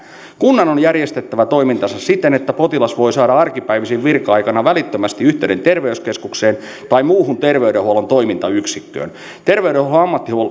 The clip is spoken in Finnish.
kunnan on järjestettävä toimintansa siten että potilas voi saada arkipäivisin virka aikana välittömästi yhteyden terveyskeskukseen tai muuhun terveydenhuollon toimintayksikköön terveydenhuollon